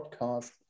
podcast